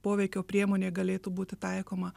poveikio priemonė galėtų būti taikoma